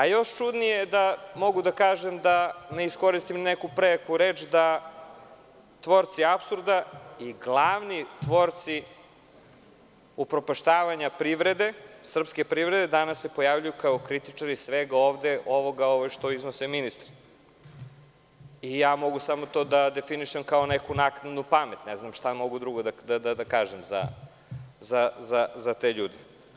Još je čudnije, da ne iskoristim neku prejaku reč, da tvorci apsurda i glavni tvorci upropaštavanja privrede srpske danas se pojavljuju kao kritičari svega ovoga što iznose ministri i mogu samo to da definišem kao neku naknadnu pamet, ne znam šta mogu drugo da kažem za te ljude.